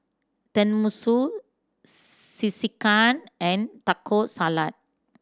Tenmusu Sekihan and Taco Salad